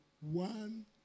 one